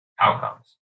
outcomes